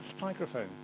microphone